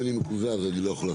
יש את הנושא של המשאבים,